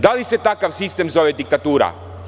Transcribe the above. Da li se takav sistem zove diktatura?